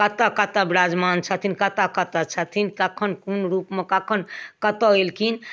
कतऽ कतऽ विराजमान छथिन कतऽ कतऽ छथिन कखन कोन रूपमे कखन कतऽ अएलखिन